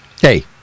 Hey